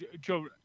Joe